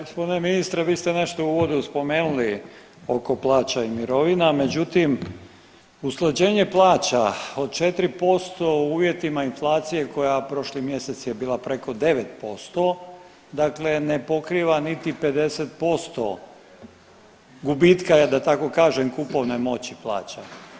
Gospodine ministre, vi ste nešto u uvodu spomenuli oko plaća i mirovina, međutim usklađenje plaća od 4% u uvjetima inflacije koja je prošli mjesec je bila preko 9%, dakle ne pokriva niti 50% gubitka da tako kažem, kupovne moći plaća.